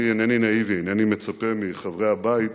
אני אינני נאיבי, אינני מצפה מחברי הבית